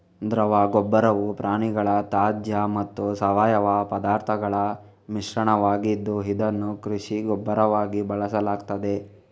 ದ್ರವ ಗೊಬ್ಬರವು ಪ್ರಾಣಿಗಳ ತ್ಯಾಜ್ಯ ಮತ್ತು ಸಾವಯವ ಪದಾರ್ಥಗಳ ಮಿಶ್ರಣವಾಗಿದ್ದು, ಇದನ್ನು ಕೃಷಿ ಗೊಬ್ಬರವಾಗಿ ಬಳಸಲಾಗ್ತದೆ